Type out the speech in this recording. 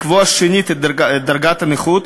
לקבוע שנית את דרגת הנכות,